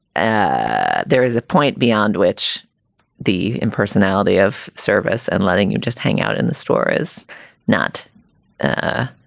ah there is a point beyond which the impersonality of service and letting you just hang out in the store is not ah